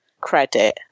credit